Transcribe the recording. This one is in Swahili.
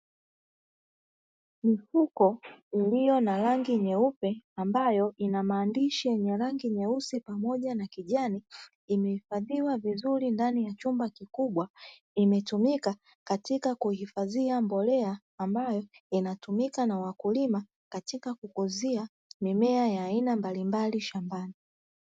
Mifuko iliyo na rangi nyeupe ambayo inamaandishi ya rangi nyeusi pamoja na kijani, imeifadhiwa vizuri ndani ya chumba kikubwa imeetumika katika kuhifadhia mbolea ambayo inatumika nawakulima katika kukuzia mimea ya aina mbalimbali shambani.